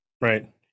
Right